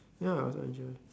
ya